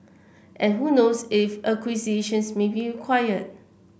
and who knows if acquisitions may be required